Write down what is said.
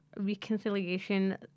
reconciliation